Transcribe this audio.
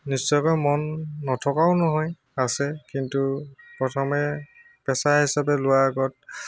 নিশ্চয়কৈ মন নথকাও নহয় আছে কিন্তু প্ৰথমে পেচা হিচাপে লোৱাৰ আগত